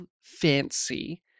fancy